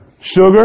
Sugar